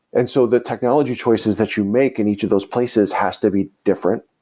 and so the technology choices that you make in each of those places has to be different.